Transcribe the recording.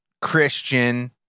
Christian